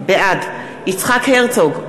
בעד יצחק הרצוג,